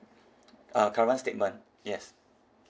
uh current statement yes